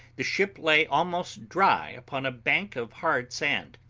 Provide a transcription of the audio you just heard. the ship lay almost dry upon a bank of hard sand,